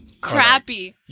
Crappy